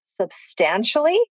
substantially